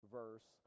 verse